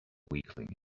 weakling